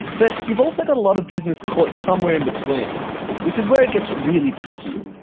but you've also got a lot of business caught somewhere in between, which is where it gets really tricky.